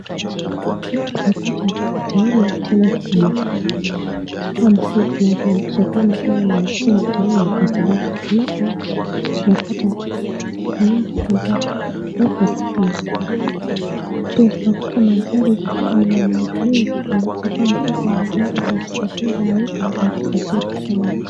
Huku ni mpaka ni taoni tena kubwa. Kitu ambacho kinatuonyesha kwamba hili linaweza kuwa ni tauni ni kwa sababu tunapo tunapata manyumba kadhaa kadhaa marefu sana. Pia tunapata magari za aina mingi mingi kumaanisha kwamba hizi ni magari za kusaidia za za kusafirisha watu.